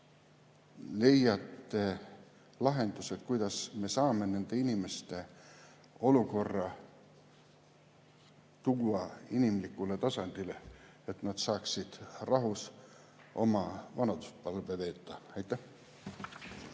leiate lahenduse, kuidas me saame nende inimeste olukorra tuua inimlikule tasandile, et nad saaksid rahus oma vanaduspõlve veeta. Aitäh!